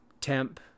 temp